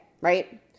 right